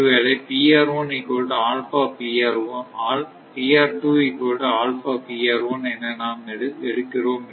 ஒருவேளை என நாம் எடுக்கிறோம் என்போம்